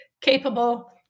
capable